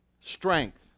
Strength